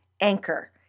anchor